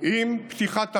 עם פתיחת המשק,